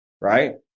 Right